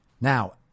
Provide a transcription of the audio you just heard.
Now